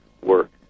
work